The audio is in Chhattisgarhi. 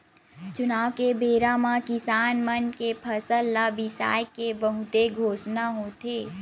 चुनाव के बेरा म किसान मन के फसल ल बिसाए के बहुते घोसना होथे